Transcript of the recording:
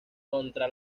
contra